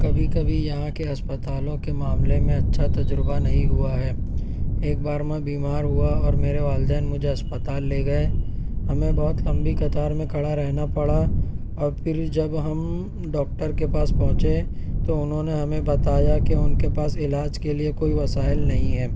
کبھی کبھی یہاں کے اسپتالوں کے معاملے میں اچھا تجربہ نہیں ہُوا ہے ایک بار میں بیمار ہُوا اور میرے والدین مجھے اسپتال لے گئے ہمیں بہت لمبی قطار میں کھڑا رہنا پڑا اور پھر جب ہم ڈاکٹر کے پاس پہنچے تو اُنہوں نے ہمیں بتایا کہ اُن کے پاس علاج کے لیے کوئی وسائل نہیں ہیں